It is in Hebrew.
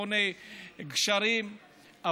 בונה גשרים,